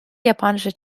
japanische